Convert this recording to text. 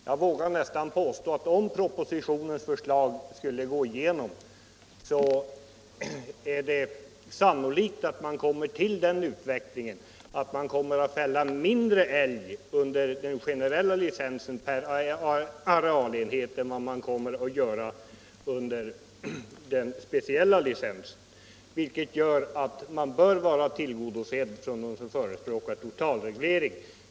Jag vågar nästan påstå att man, om propositionens förslag går igenom, sannolikt kommer att få en sådan utveckling att mindre älg kommer att fällas per arealenhet under den generella licensjakten än under den speciella licensjakten. Det systemet bör alltså tillgodose jägarna lika väl som en totalreglering.